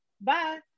Bye